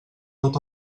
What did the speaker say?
tot